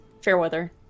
Fairweather